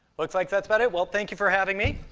looks like that's about it. well, thank you for having me.